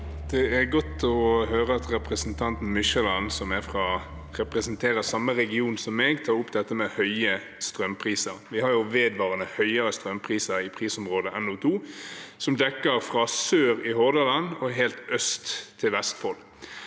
Det er godt å høre at representanten Mykjåland, som representerer samme region som meg, tar opp dette med høye strømpriser. Vi har vedvarende høyere strømpriser i prisområde NO2, som dekker området fra sør i Hordaland og østover til Vestfold.